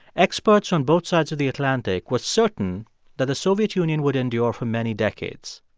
experts on both sides of the atlantic were certain that the soviet union would endure for many decades.